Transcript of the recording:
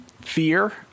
fear